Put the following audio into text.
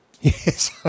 Yes